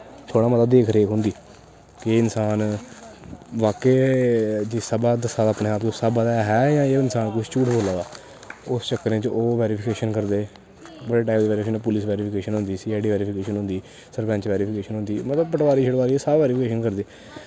थोह्ड़ा मता देख रेख होंदी कि इंसान बाकेआ जिस स्हाबा दा दस्सा दा अपने आप गी उस स्हाबा दा है जां एह् इंसान कुछ झूठ बोला दा उस चक्करै च ओह् वैरिफिकेशन करदे बड़े टाइप दी वैरिफिकेशन पुलिस वैरिफिकेशन होंदी सी आई डी वैरिफिकेशन होंदी सरपैंच वैरिफिकेशन होंदी मतलब पटवारी शटवारी सब वैरिफिकेशन करदे